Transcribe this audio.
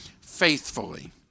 faithfully